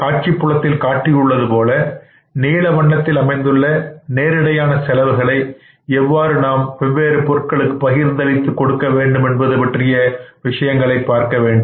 காட்சிப் புலத்தில் காட்டியுள்ளது போல நீல வண்ணத்தில் அமைந்துள்ள நேரிடையான செலவுகளை எவ்வாறு நாம் வெவ்வேறு பொருட்களுக்கு பகிர்ந்தளித்து கொடுக்க வேண்டும் என்பது பற்றிய விஷயங்களை பார்க்க வேண்டும்